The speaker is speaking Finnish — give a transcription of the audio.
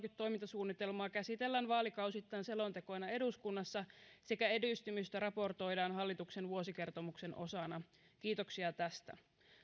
toimintasuunnitelmaa käsitellään vaalikausittain selontekoina eduskunnassa ja edistymistä raportoidaan hallituksen vuosikertomuksen osana kiitoksia tästä